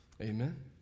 Amen